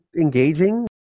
engaging